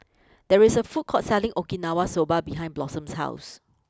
there is a food court selling Okinawa Soba behind Blossom's house